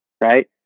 right